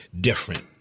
different